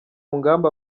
ngamba